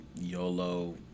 YOLO